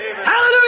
Hallelujah